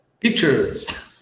pictures